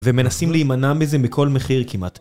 ומנסים להימנע מזה מכל מחיר כמעט